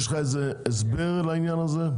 יש לך הסבר לעניין הזה?